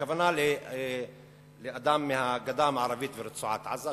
הכוונה לאדם מהגדה המערבית ומרצועת-עזה,